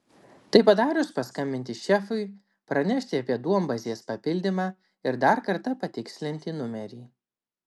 tai padarius paskambinti šefui pranešti apie duombazės papildymą ir dar kartą pasitikslinti numerį